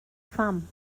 pham